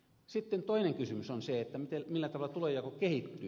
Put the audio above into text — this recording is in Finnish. sitten toinen kysymys on se millä tavalla tulonjako kehittyy